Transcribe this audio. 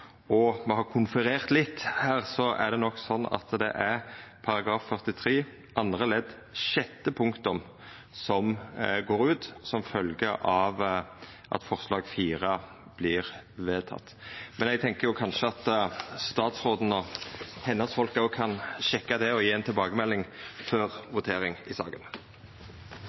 og me har konferert litt her, vera slik at det er § 43 andre ledd sjette punktum som går ut som følgje av at forslag nr. 4 vert vedteke. Men eg tenkjer at statsråden og hennar folk kan sjekka det og gje ei tilbakemelding før votering i